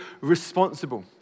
responsible